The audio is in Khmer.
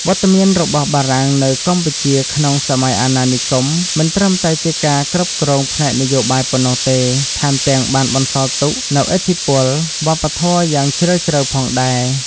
វត្តមានរបស់បារាំងនៅកម្ពុជាក្នុងសម័យអាណានិគម មិនត្រឹមតែជាការគ្រប់គ្រងផ្នែកនយោបាយប៉ុណ្ណោះទេ ថែមទាំងបានបន្សល់ទុកនូវឥទ្ធិពលវប្បធម៌យ៉ាងជ្រាលជ្រៅផងដែរ។